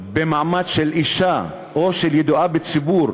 במעמד של אישה ושל ידועה בציבור,